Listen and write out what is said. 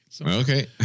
Okay